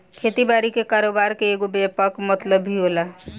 खेती बारी के कारोबार के एगो व्यापक मतलब भी होला